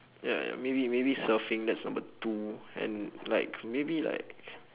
ya ya maybe maybe surfing that's number two and like maybe like